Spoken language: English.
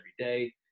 everyday